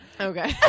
Okay